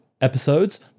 episodes